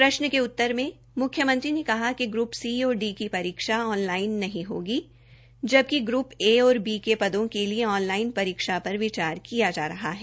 प्रशन के उत्तर में मुख्यमंत्री ने कहा कि ग्र्प सी और डी की परीक्षा ऑन लाइन नहीं होगी जबकि ग्र्प ए और बी के पदों के लिए ऑन लाइन परीक्षा पर विचार किया जा रहा है